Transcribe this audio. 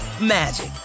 magic